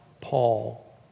Paul